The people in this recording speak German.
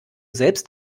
selbst